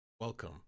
Welcome